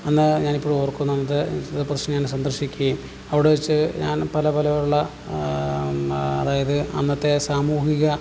അന്ന് ഞാനിപ്പോഴും ഓർക്കുന്നു അത് ചില പ്രദശനങ്ങൾ ഞാൻ സന്ദർശിക്കയും അവിടെ വച്ച് ഞാൻ പല പല ഉള്ള അതായത് അന്നത്തെ സാമൂഹിക